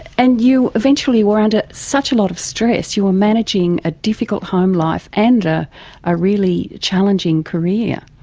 and you eventually were under such a lot of stress. you were managing a difficult home life and a really challenging career.